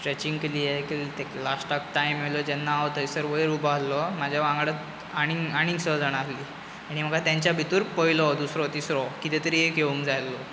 stretching केली हे ते लास्टाक टायम आयलो तेन्ना हांव थंयसर वयर उबो आहलों म्हाजे वांगडा आनी आनीक स जाणां आहलीं आनी म्हाका तेंच्या भितर पयलो दुसरो तिसरो किदें तरी एक येवंक जाय आहलो